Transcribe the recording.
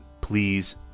please